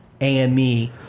AME